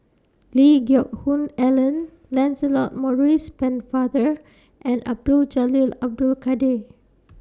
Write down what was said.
Lee Geck Hoon Ellen Lancelot Maurice Pennefather and Abdul Jalil Abdul Kadir